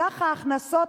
מסך ההכנסות,